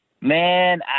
Man